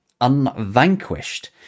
Unvanquished